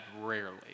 rarely